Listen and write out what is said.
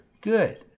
Good